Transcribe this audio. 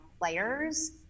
players